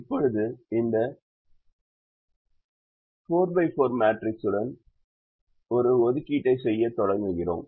இப்போது இந்த 4 x 4 மேட்ரிக்ஸுடன் ஒரு ஒதுக்கீட்டை செய்யத் தொடங்குகிறோம்